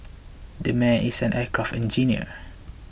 that man is an aircraft engineer